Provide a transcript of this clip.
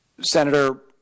Senator